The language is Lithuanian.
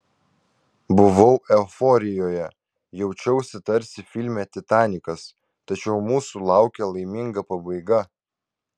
buvau euforijoje jaučiausi tarsi filme titanikas tačiau mūsų laukė laiminga pabaiga